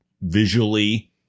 visually